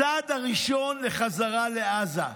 הצעד הראשון לחזרה לעזה.